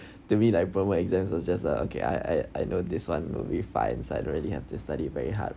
to me like promo exam it was just uh okay I I know this one will be fine so I don't really have to study very hard